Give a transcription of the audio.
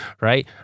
right